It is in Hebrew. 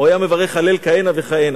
הוא היה מברך הלל כהנה וכהנה.